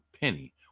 Penny